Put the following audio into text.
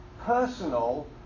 personal